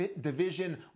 division